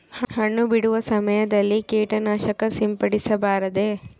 ಹಣ್ಣು ಬಿಡುವ ಸಮಯದಲ್ಲಿ ಕೇಟನಾಶಕ ಸಿಂಪಡಿಸಬಾರದೆ?